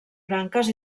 branques